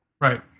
Right